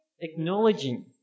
acknowledging